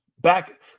Back